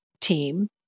team